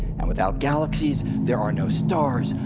and without galaxies, there are no stars,